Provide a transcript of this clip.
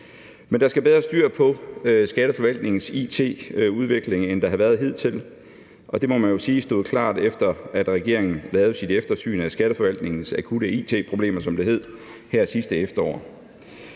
Men der skal bedre styr på Skatteforvaltningens it-udvikling, end der har været hidtil, og det må man jo sige stod klart, efter at regeringen lavede sit eftersyn af Skatteforvaltningens akutte it-problemer, som det hed, her sidste efterår.